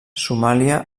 somàlia